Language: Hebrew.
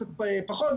קצת פחות,